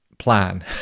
plan